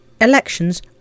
Elections